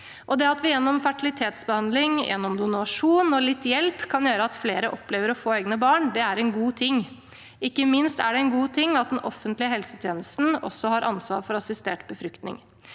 på. Det at vi gjennom fertilitetsbehandling, donasjon og litt hjelp kan gjøre at flere opplever å få egne barn, er en god ting. Ikke minst er det en god ting at den offentlige helsetjenesten også har ansvar for assistert befruktning.